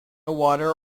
water